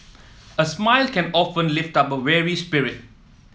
a smile can often lift up a weary spirit